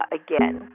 again